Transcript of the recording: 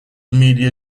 media